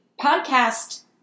podcast